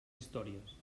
històries